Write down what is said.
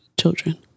children